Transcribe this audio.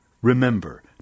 Remember